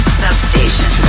substation